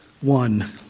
one